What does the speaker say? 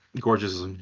Gorgeous